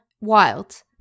wild